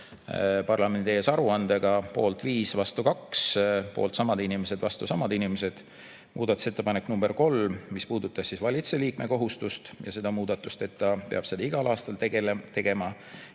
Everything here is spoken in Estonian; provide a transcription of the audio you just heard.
parlamendi ees aruandega: poolt 5 ja vastu 2, poolt samad inimesed ja vastu samad inimesed. Muudatusettepanek nr 3, mis puudutas valitsuse liikme kohustust ja seda muudatust, et ta peab seda igal aastal tegema,